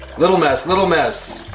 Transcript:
little mess, little mess.